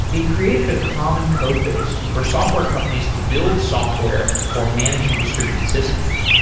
it created a common code base for software companies to build software for managing distributed systems.